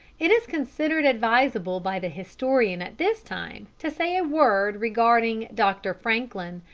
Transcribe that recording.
it is considered advisable by the historian at this time to say a word regarding dr. franklin,